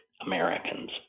Americans